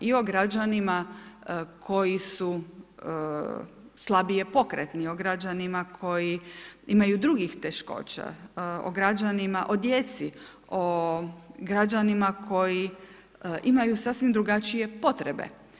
I o građanima koji su slabije pokretni, o građanima koji imaju drugih teškoća, o građanima, o djeci, o građanima koji imaju sasvim drugačije potrebe.